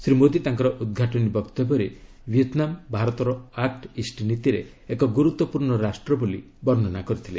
ଶ୍ରୀ ମୋଦୀ ତାଙ୍କର ଉଦ୍ଘାଟନୀ ବକ୍ତବ୍ୟରେ ଭିଏତନାମ୍' ଭାରତର ଆକୁ ଇଷ୍ଟ ନୀତିରେ ଏକ ଗୁରୁତ୍ୱପୂର୍ଣ୍ଣ ରାଷ୍ଟ୍ର ବୋଲି ବର୍ଷ୍ଣନା କରିଥିଲେ